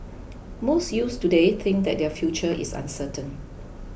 most youths today think that their future is uncertain